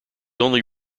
only